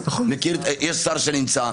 יש שר שנמצא,